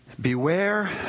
Beware